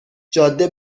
جاده